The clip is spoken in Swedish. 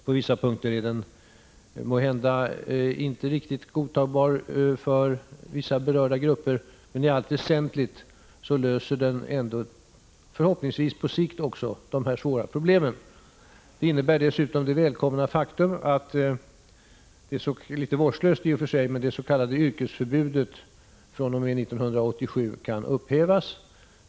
På några punkter är den måhända inte riktigt godtagbar för vissa berörda grupper, men i allt väsentligt löser den ändå, förhoppningsvis även på sikt, de här svåra problemen. Det innebär dessutom det välkomna faktum —- litet vårdslöst uttryckt i och för sig — att det s.k. yrkesförbudet kan upphävas fr.o.m. 1987.